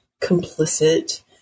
complicit